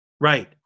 Right